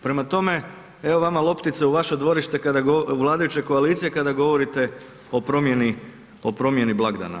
Prema tome, evo vama loptica u vaše dvorište kada u vladajućoj koaliciji, kada govorite o promjeni blagdana.